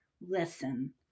listen